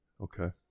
Okay